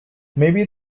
maybe